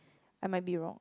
I might be wrong